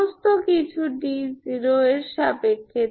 সমস্ত কিছু d0 এর সাপেক্ষে